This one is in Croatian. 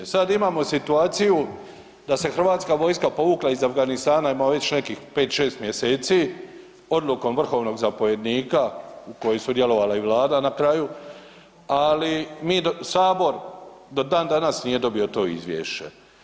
Sada imamo situaciju da se hrvatska vojska povukla iz Afganistana, ima već nekih pet, šest mjeseci odlukom vrhovnog zapovjednika u kojoj je sudjelovala i Vlada na kraju, ali Sabor do danas nije dobio to izvješće.